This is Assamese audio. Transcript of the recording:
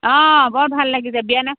অঁ বৰ ভাল লাগিছে বিয়া দিনাখন